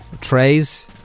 Trays